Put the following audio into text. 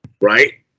Right